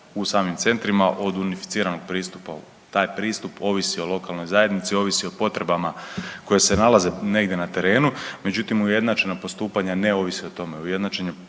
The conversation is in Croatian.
u samim centrima od unificiranog pristupa. Taj pristup ovisi o lokalnoj zajednici, ovisi o potrebama koje se nalaze negdje na terenu, međutim ujednačena postupanja ne ovise o tome,